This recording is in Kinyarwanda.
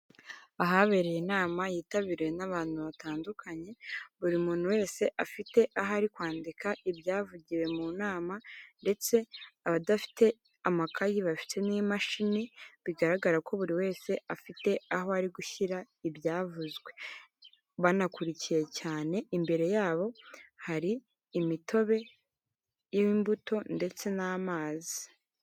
Ahabereye inama y'itabiriwe n'abantu batandukanye buri muntu wese afite ahari kwandika ibyavugiwe mu nama ndetse abadafite amakayi bafite n'imashini bigaragara ko buri wese afite aho ari gushyira ibyavuzwe, banakurikiye cyane imbere yabo hari imitobe y'imbuto ndetse n'amazi.